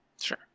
Sure